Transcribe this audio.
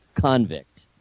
convict